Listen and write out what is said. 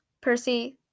Percy